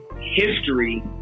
history